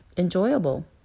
enjoyable